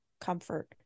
comfort